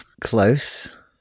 Close